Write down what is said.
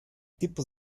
tipos